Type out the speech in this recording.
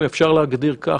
אפשר להגדיר כך,